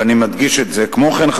ואני מדגיש את זה: כמו כן,